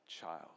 Child